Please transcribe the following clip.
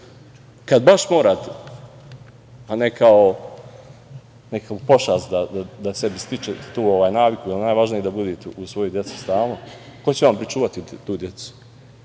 kad baš morate, a ne kao neku pošast da sebi stičete tu naviku, jer najvažnije je da budete uz svoju decu stalno, ko će vam pričuvati tu decu?